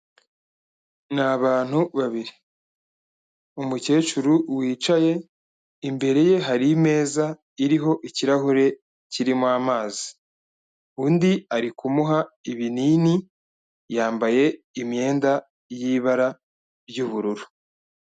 Ni abantu babiri. Umukecuru wicaye imbere ye hari imeza iriho ikirahure kirimo amazi, undi ari kumuha ibinini yambaye imyenda y'ibara ry'ubururu.